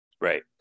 Right